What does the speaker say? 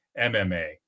MMA